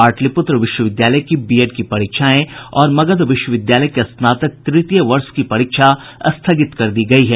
पाटलिपुत्र विश्वविद्यालय की बीएड की परीक्षाएं और मगध विश्वविद्यालय के स्नातक तृतीय वर्ष की परीक्षा स्थगित कर दी गयी हैं